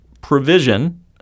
provision